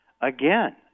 again